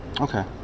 Okay